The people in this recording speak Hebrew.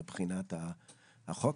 מבחינת החוק.